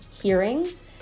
hearings